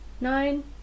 nine